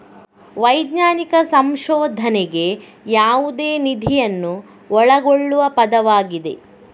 ವೈಜ್ಞಾನಿಕ ಸಂಶೋಧನೆಗೆ ಯಾವುದೇ ನಿಧಿಯನ್ನು ಒಳಗೊಳ್ಳುವ ಪದವಾಗಿದೆ